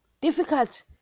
difficult